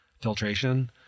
filtration